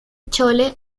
chole